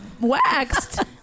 waxed